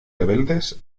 rebeldes